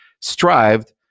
strived